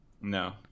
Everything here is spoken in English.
No